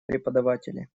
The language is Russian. преподаватели